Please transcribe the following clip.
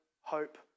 hope